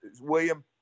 William